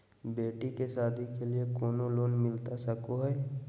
बेटी के सादी के लिए कोनो लोन मिलता सको है?